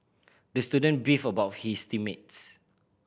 the student beefed about his team mates